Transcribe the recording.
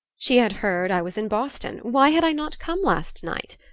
she had heard i was in boston why had i not come last night?